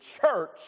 church